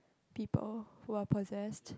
people who are possessed